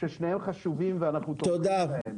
ששניהם חשובים ואנחנו תומכים בהם.